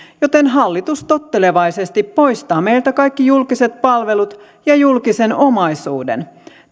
joten hallitus tottelevaisesti poistaa meiltä kaikki julkiset palvelut ja julkisen omaisuuden